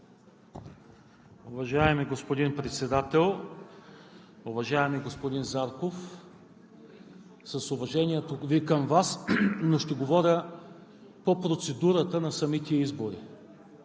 Уважаеми господин Председател! Уважаеми господин Зарков, с уважението ми към Вас, но ще говоря по процедурата на самите избори.